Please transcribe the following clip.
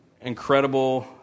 incredible